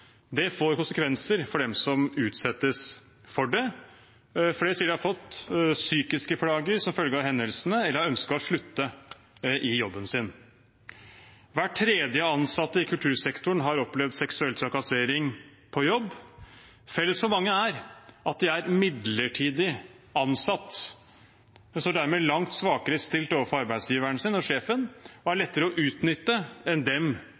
Det får konsekvenser for dem som utsettes for det. Flere sier de har fått psykiske plager som følge av hendelsene eller har ønsket å slutte i jobben sin. Hver tredje ansatte i kultursektoren har opplevd seksuell trakassering på jobb. Felles for mange er at de er midlertidig ansatt, og de står dermed langt svakere stilt overfor arbeidsgiveren sin og sjefen, og de er lettere å utnytte enn dem